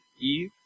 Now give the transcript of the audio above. Eve